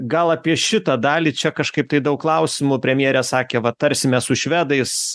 gal apie šitą dalį čia kažkaip tai daug klausimų premjerė sakė vat tarsimės su švedais